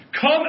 come